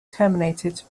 terminated